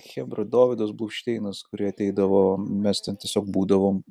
chebra dovydas bluvšteinas kurie ateidavo mes ten tiesiog būdavome